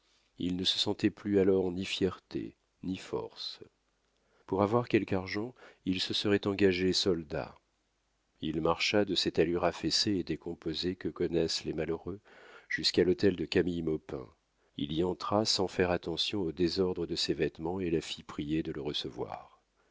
il ne se sentait plus alors ni fierté ni force pour avoir quelque argent il se serait engagé soldat il marcha de cette allure affaissée et décomposée que connaissent les malheureux jusqu'à l'hôtel de camille maupin il y entra sans faire attention au désordre de ses vêtements et la fit prier de le recevoir